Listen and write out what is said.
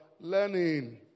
learning